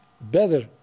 better